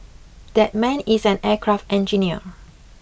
that man is an aircraft engineer